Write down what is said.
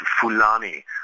Fulani